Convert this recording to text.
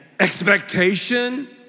expectation